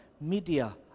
Media